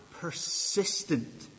persistent